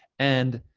and